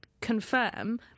confirm